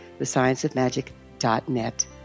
thescienceofmagic.net